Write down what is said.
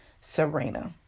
Serena